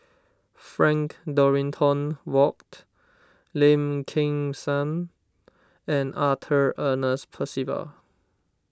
Frank Dorrington Ward Lim Kim San and Arthur Ernest Percival